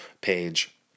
page